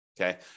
Okay